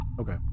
Okay